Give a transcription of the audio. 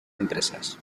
empresas